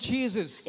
Jesus